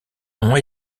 ont